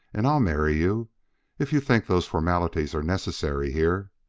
and i'll marry you if you think those formalities are necessary here.